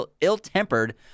ill-tempered